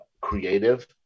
creative